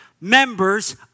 Members